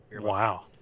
Wow